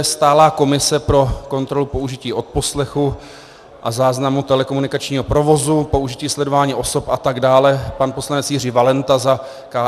Stálá komise pro kontrolu použití odposlechu a záznamu telekomunikačního provozu, použití sledování osob atd. pan poslanec Jiří Valenta za KSČM.